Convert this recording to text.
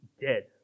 dead